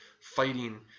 fighting